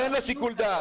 אין לו שיקול דעת.